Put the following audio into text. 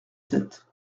sept